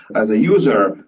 as a user,